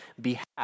behalf